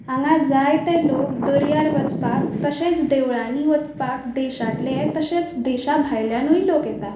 हांगा जायते लोक दर्यार वचपाक तशेंच देवळांनी वचपाक देशांतले तशेंच देशा भायल्यानूय लोक येतात